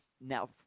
Now